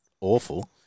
awful